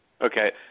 Okay